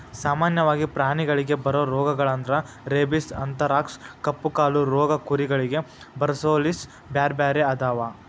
ಸಾಮನ್ಯವಾಗಿ ಪ್ರಾಣಿಗಳಿಗೆ ಬರೋ ರೋಗಗಳಂದ್ರ ರೇಬಿಸ್, ಅಂಥರಾಕ್ಸ್ ಕಪ್ಪುಕಾಲು ರೋಗ ಕುರಿಗಳಿಗೆ ಬರೊಸೋಲೇಸ್ ಬ್ಯಾರ್ಬ್ಯಾರೇ ಅದಾವ